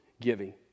giving